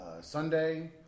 Sunday